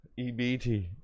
EBT